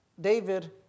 David